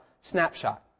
snapshot